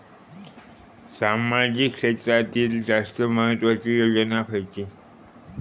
सामाजिक क्षेत्रांतील जास्त महत्त्वाची योजना खयची?